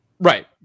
Right